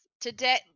Today